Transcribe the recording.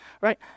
Right